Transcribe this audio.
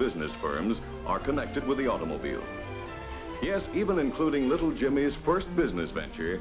business firms are connected with the automobile even including little jimmy's first business venture